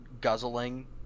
guzzling